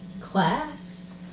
class